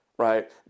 Right